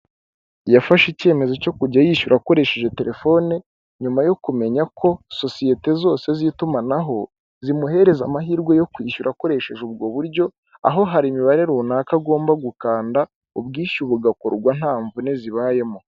Yafashe icyemezo cyo kujya yishyura akoresheje telefone, nyuma yo kumenya ko sosiyete zose z'itumanaho zimuhereza amahirwe yo kwishyura akoresheje ubwo buryo, aho hari imibare runaka agomba gukanda ubwishyu bugakorwa nta mvune zibayemo.